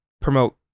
promote